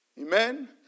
Amen